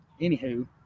anywho